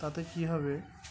তাতে কী হবে